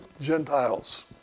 Gentiles